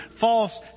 false